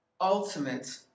ultimate